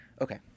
Okay